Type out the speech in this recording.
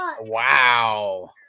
Wow